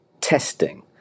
testing